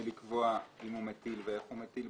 להוא עשיתי רע.